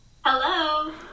Hello